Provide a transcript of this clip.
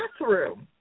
bathroom